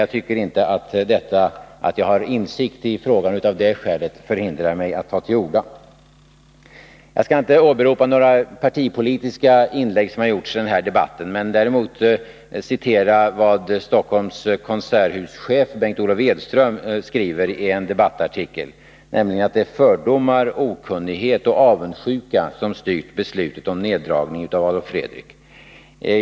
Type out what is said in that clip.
Jag tycker dock inte att det faktum att jag har insikt i frågan av det skälet förhindrar mig att ta till orda. Jag skall inte åberopa några partipolitiska inlägg som gjorts i debatten. Däremot vill jag citera vad Stockholms konserthuschef Bengt Olof Edström skriver i en debattartikel, nämligen att det är fördomar, okunnighet och avundsjuka som styr beslutet om neddragning av Adolf Fredriks musikskola.